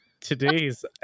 Today's